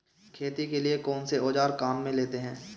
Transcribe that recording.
खेती के लिए कौनसे औज़ार काम में लेते हैं?